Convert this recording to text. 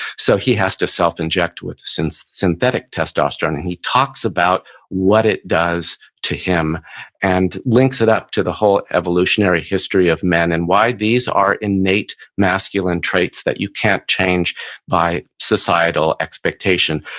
so he has to self inject with synthetic testosterone and he talks about what it does to him and links it up to the whole evolutionary history of men and why these are innate masculine traits that you can't change by societal expectation.